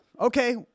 Okay